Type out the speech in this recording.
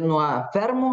nuo fermų